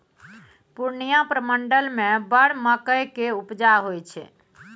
पूर्णियाँ प्रमंडल मे बड़ मकइ केर उपजा होइ छै